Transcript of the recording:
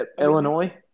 Illinois